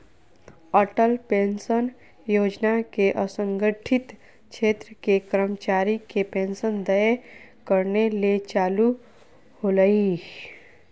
Atal pension योजना के असंगठित क्षेत्र के कर्मचारी के पेंशन देय करने ले चालू होल्हइ